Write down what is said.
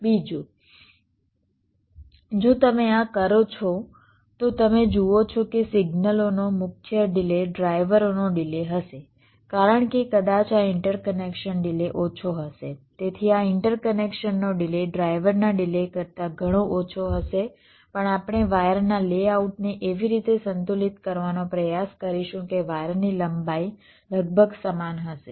બીજું જો તમે આ કરો છો તો તમે જુઓ છો કે સિગ્નલોનો મુખ્ય ડિલે ડ્રાઇવરોનો ડિલે હશે કારણ કે કદાચ આ ઇન્ટરકનેક્શન ડિલે ઓછો હશે તેથી આ ઇન્ટરકનેક્શનનો ડિલે ડ્રાઈવરના ડિલે કરતા ઘણો ઓછો હશે પણ આપણે વાયરના લેઆઉટ ને એવી રીતે સંતુલિત કરવાનો પ્રયાસ કરીશું કે વાયરની લંબાઈ લગભગ સમાન હશે